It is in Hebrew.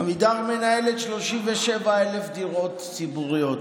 עמידר מנהלת 37,000 דירות ציבוריות.